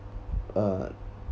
uh